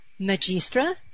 Magistra